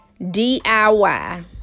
DIY